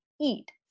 eat